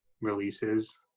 releases